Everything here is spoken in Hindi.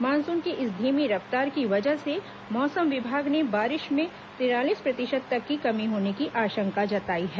मानसून की इस धीमी रफ्तार की वजह से मौसम विभाग ने बारिश में तिरालीस प्रतिशत तक की कमी होने की आशंका जताई है